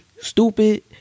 stupid